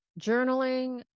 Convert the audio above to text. journaling